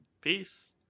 Peace